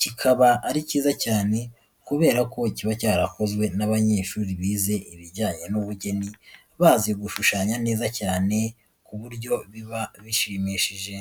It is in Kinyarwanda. kikaba ari cyiza cyane kubera ko kiba cyarakozwe n'abanyeshuri bize ibijyanye n'ubugeni bazi gushushanya neza cyane ku buryo biba bishimishije.